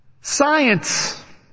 Science